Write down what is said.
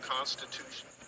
Constitution